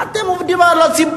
מה, אתם עובדים על הציבור?